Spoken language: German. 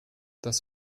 das